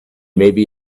maybe